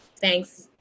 Thanks